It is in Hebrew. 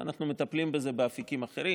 ואנחנו מטפלים בזה באפיקים אחרים.